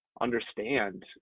understand